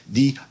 die